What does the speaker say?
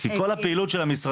כי כל הפעילות של המשרדים,